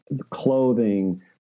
clothing